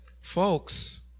Folks